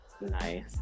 Nice